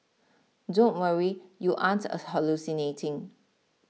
don't worry you aren't hallucinating